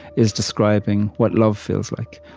is describing what love feels like,